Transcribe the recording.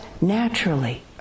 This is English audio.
naturally